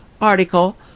article